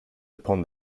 upon